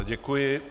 Děkuji.